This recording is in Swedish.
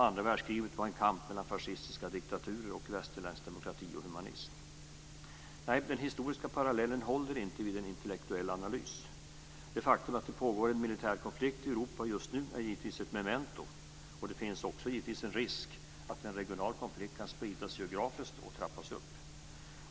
Andra världskriget var en kamp mellan fascistiska diktaturer och västerländsk demokrati och humanism. Nej, den historiska parallellen håller inte vid en intellektuell analys. Det faktum att det pågår en militär konflikt i Europa just nu är givetvis ett memento. Det finns givetvis också en risk för att en regional konflikt kan spridas geografiskt och trappas upp.